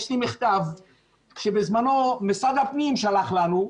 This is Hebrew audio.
יש לי מכתב שבזמנו משרד הפנים שלח לנו,